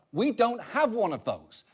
we don't have one of those.